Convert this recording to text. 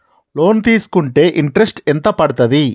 Loan తీస్కుంటే interest ఎంత పడ్తది?